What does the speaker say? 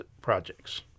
projects